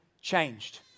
changed